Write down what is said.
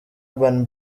urban